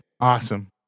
Awesome